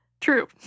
true